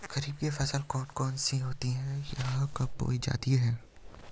खरीफ की फसल कौन कौन सी होती हैं यह कब बोई जाती हैं?